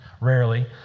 rarely